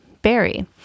berry